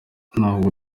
ntabwo